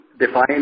Define